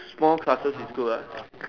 small classes is good what ah